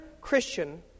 Christian